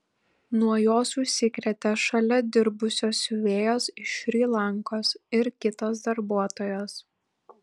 nuo jos užsikrėtė šalia dirbusios siuvėjos iš šri lankos ir kitos darbuotojos